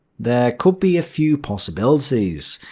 there could be a few possibilities.